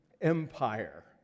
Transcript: empire